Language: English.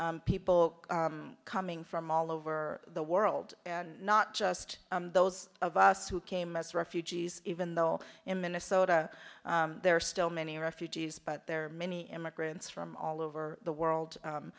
by people coming from all over the world and not just those of us who came as refugees even though in minnesota there are still many refugees but there are many immigrants from all over the world